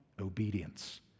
Obedience